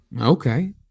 Okay